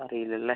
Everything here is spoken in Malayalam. അറിയില്ല അല്ലേ